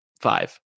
five